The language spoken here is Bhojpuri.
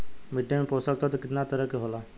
मिट्टी में पोषक तत्व कितना तरह के होला?